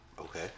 Okay